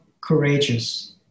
courageous